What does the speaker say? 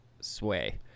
sway